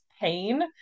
pain